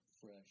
fresh